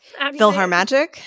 PhilharMagic